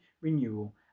renewal